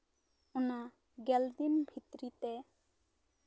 ᱚᱱᱟ ᱜᱮᱞ ᱫᱤᱱ ᱵᱷᱤᱛᱨᱤᱛᱮ